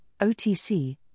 OTC